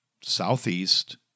Southeast